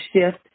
shift